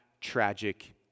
tragic